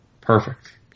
Perfect